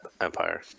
Empire